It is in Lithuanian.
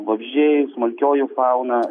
vabzdžiai smulkioji fauna